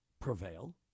prevail